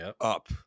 up